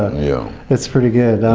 yeah. it's pretty good.